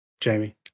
Jamie